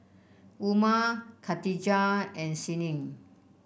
Umar Katijah and Senin